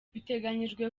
biteganyijwe